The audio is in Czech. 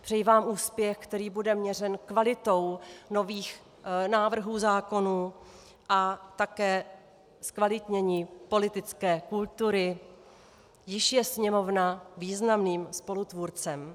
Přeji vám úspěch, který bude měřen kvalitou nových návrhů zákonů, a také zkvalitnění politické kultury, jíž je Sněmovna významným spolutvůrcem.